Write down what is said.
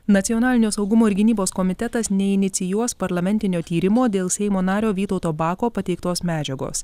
nacionalinio saugumo ir gynybos komitetas neinicijuos parlamentinio tyrimo dėl seimo nario vytauto bako pateiktos medžiagos